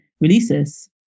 releases